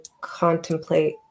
contemplate